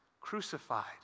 crucified